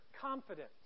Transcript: confidence